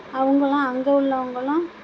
அவங்களாம் அங்கே உள்ளவங்களாம்